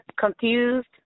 confused